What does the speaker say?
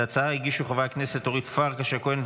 את ההצעה הגישו חברי הכנסת אורית פרקש הכהן,